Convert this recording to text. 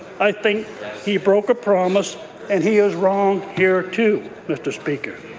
i think he broke a promise and he is wrong here too. mr. speaker,